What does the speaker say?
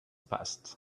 passed